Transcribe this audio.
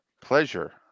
pleasure